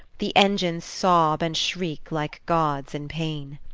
the engines sob and shriek like gods in pain.